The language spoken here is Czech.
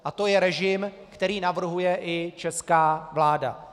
A to je režim, který navrhuje i česká vláda.